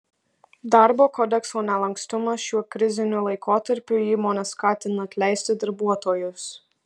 darbo kodekso nelankstumas šiuo kriziniu laikotarpiu įmones skatina atleisti darbuotojus